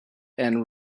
and